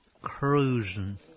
Cruising